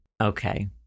okay